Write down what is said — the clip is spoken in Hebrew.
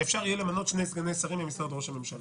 שאפשר יהיה למנות שני סגני שרים במשרד ראש הממשלה,